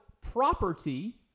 property